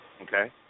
okay